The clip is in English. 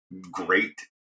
great